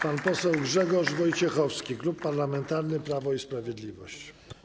Pan Poseł Grzegorz Wojciechowski, Klub Parlamentarny Prawo i Sprawiedliwość.